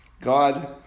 God